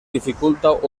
dificulta